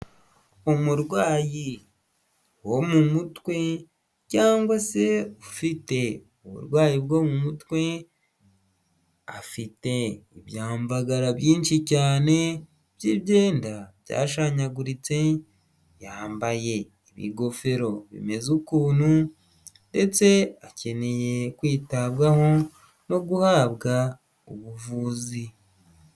Umurwayi wo mu mutwe cyangwa se ufite uburwayi bwo mu mutwe, afite ibyamvagara byinshi cyane by'ibyenda byashwanyaguritse, yambaye ibigofero bimeze ukuntu ndetse akeneye kwitabwaho no guhabwa ubuvuzi.